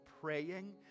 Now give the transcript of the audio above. praying